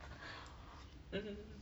mmhmm